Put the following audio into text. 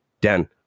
Dan